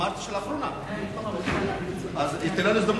האזור הזה, המרחב